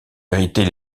vérités